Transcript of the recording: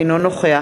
אינו נוכח